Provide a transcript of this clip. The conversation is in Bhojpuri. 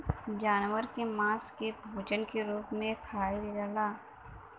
जानवर के मांस के भोजन के रूप में खाइल जाला